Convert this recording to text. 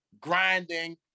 grinding